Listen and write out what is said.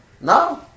no